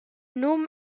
num